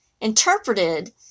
interpreted